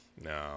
no